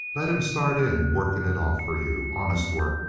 let him start in working it off for you honest work.